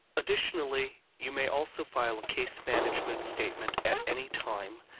additionally you may also file a case management statement at any time,